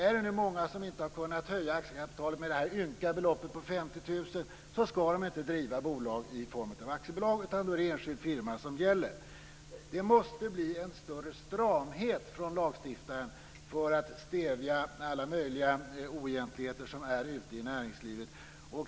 Om det är många om inte har kunnat höja aktiekapitalet med detta ynka belopp på 50 000 kr skall de inte driva bolag i aktiebolagsform, utan då är det enskild firma som gäller. Det måste bli en större stramhet från lagstiftaren för att stävja alla möjliga oegentligheter som finns ute i näringslivet.